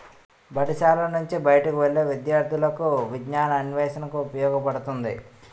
బడిశాల నుంచి బయటకు వెళ్లే విద్యార్థులకు విజ్ఞానాన్వేషణకు ఉపయోగపడుతుంది